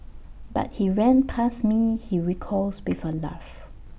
but he ran past me he recalls with A laugh